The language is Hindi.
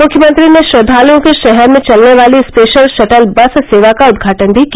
मुख्यमंत्री ने श्रद्वालुओं के लिये षहर में चलने वाली स्पेषल षटल बस सेवा का उद्घाटन भी किया